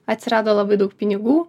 atsirado labai daug pinigų